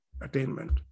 attainment